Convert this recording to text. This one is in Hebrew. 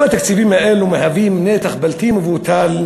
כל התקציבים האלה הם נתח בלתי מבוטל,